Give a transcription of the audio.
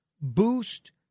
boost